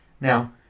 now